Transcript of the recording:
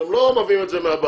אתם לא מביאים את זה מהבית.